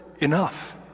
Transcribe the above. Enough